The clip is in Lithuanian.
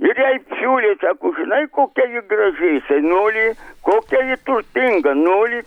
ir jai siūlė sako žinai kokia ji graži jisai nulį kokia ji turtinga nulį